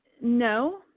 No